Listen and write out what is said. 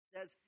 says